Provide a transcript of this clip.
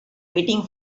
waiting